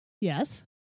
Yes